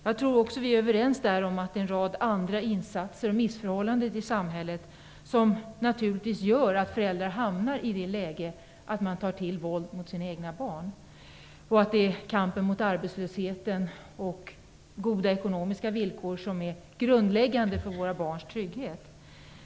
Jag tror också att vi är överens om att det är en rad missförhållanden i samhället som gör att föräldrar hamnar i det läget att de tar till våld mot sina egna barn. Kampen mot arbetslösheten och för goda ekonomiska villkor är grundläggande för våra barns trygghet.